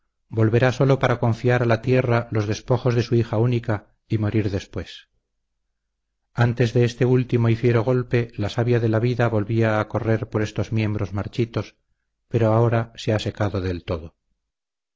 volverá sólo para confiar a la tierra los despojos de su hija única y morir después antes de este último y fiero golpe la savia de la vida volvía a correr por estos miembros marchitos pero ahora se ha secado del todo